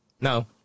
no